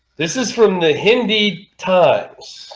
this is from the hindi times